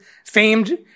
famed